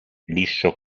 liscio